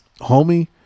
homie